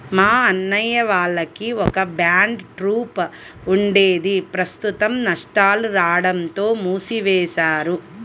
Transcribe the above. మా అన్నయ్య వాళ్లకి ఒక బ్యాండ్ ట్రూప్ ఉండేది ప్రస్తుతం నష్టాలు రాడంతో మూసివేశారు